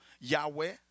Yahweh